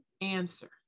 answer